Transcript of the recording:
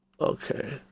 Okay